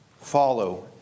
Follow